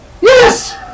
Yes